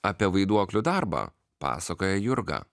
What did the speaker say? apie vaiduoklių darbą pasakoja jurga